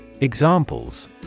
Examples